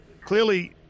clearly